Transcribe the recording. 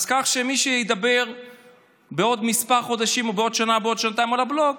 אז כך שמי שידבר בעוד כמה חודשים או בעוד שנה או בעוד שנתיים על הבלוק,